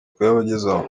kuyabagezaho